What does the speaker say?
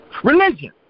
Religion